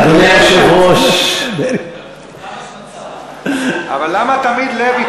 אדוני היושב-ראש, למה תמיד לוי?